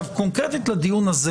קונקרטית, לדיון הזה